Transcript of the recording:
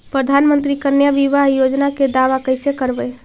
प्रधानमंत्री कन्या बिबाह योजना के दाबा कैसे करबै?